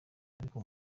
ariko